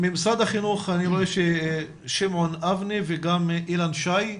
ממשרד החינוך אני רואה את שמעון אבני וגם אילן שי.